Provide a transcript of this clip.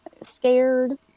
scared